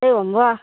एवं वा